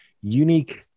unique